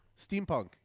steampunk